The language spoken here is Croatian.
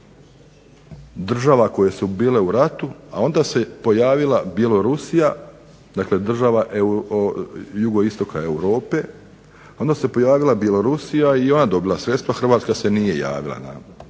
država koje su bile u ratu, a onda se pojavila Bjelorusija, dakle država jugoistoka Europe, onda se pojavila Bjelorusija i ona dobila sredstva. Hrvatska se nije javila na